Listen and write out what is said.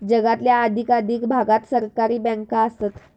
जगातल्या अधिकाधिक भागात सहकारी बँका आसत